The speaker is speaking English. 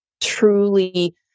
truly